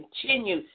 continue